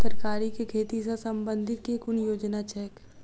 तरकारी केँ खेती सऽ संबंधित केँ कुन योजना छैक?